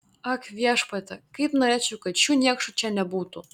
ak viešpatie kaip norėčiau kad šių niekšų čia nebūtų